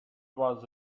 was